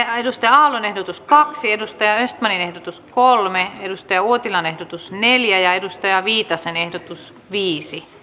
aallon ehdotus kaksi peter östmanin ehdotus kolme kari uotilan ehdotus neljä ja pia viitasen ehdotus viisi